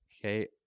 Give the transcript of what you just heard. Okay